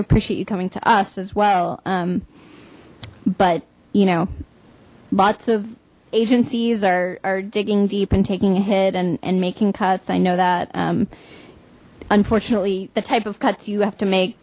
appreciate you coming to us as well but you know lots of agencies are digging deep and taking a hit and making cuts i know that unfortunately the type of cuts you have to make